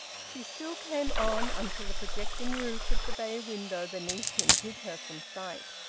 she still came on, until the projecting roof of the bay-window beneath him hid her from sight.